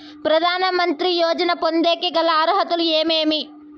ప్రధాన మంత్రి యోజన పొందేకి గల అర్హతలు ఏమేమి?